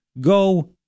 go